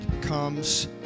comes